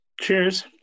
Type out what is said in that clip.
Cheers